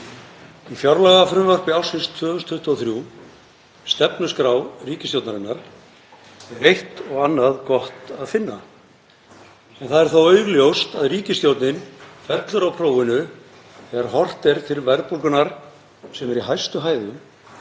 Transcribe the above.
Í fjárlagafrumvarpi ársins 2023, stefnuskrá ríkisstjórnarinnar, er eitt og annað gott að finna en það er þó augljóst að ríkisstjórnin fellur á prófinu þegar horft er til verðbólgunnar sem er í hæstu hæðum